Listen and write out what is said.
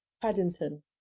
Paddington